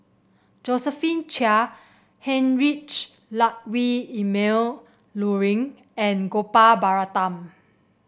Josephine Chia Heinrich Ludwig Emil Luering and Gopal Baratham